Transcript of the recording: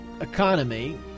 economy